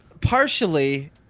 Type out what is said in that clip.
Partially